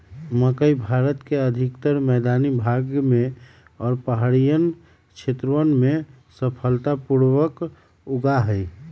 मकई भारत के अधिकतर मैदानी भाग में और पहाड़ियन क्षेत्रवन में सफलता पूर्वक उगा हई